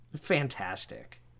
Fantastic